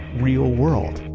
real world.